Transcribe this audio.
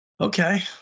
Okay